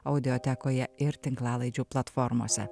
audiotekoje ir tinklalaidžių platformose